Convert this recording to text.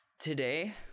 Today